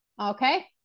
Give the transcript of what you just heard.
Okay